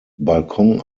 balkon